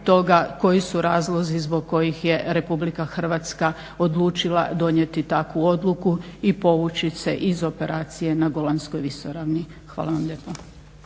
koji su razlozi zbog kojih je Republika Hrvatska odlučila donijeti takvu odluku i povući se iz operacije na Golanskoj visoravni. Hvala vam lijepa.